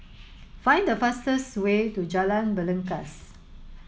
find the fastest way to Jalan Belangkas